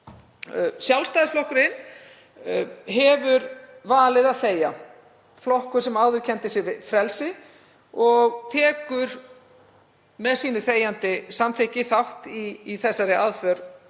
Sjálfstæðisflokkurinn hefur valið að þegja, flokkur sem áður kenndi sig við frelsi, og tekur með þegjandi samþykki þátt í þeirri aðför